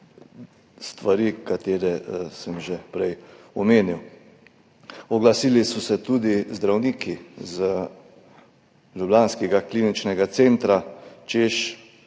stvari, ki sem jih že prej omenil. Oglasili so se tudi zdravniki iz ljubljanskega kliničnega centra, češ